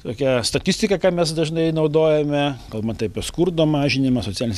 tokią statistiką ką mes dažnai naudojame kalbant apie skurdo mažinimą socialinės